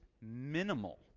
minimal